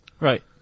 Right